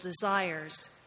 desires